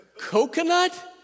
Coconut